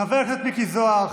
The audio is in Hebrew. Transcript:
חבר הכנסת מיקי זוהר.